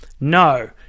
No